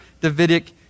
Davidic